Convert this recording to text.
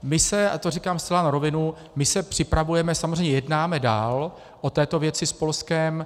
My se, a to říkám zcela na rovinu, my se připravujeme, samozřejmě jednáme dál o této věci s Polskem.